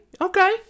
okay